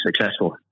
successful